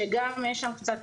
שגם יש שם קצת